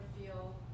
feel